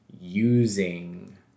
using